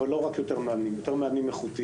אבל לא רק יותר מאמנים אלא יותר מאמנים איכותיים.